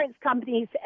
companies